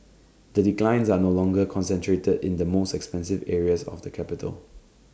the declines are no longer concentrated in the most expensive areas of the capital